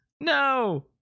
No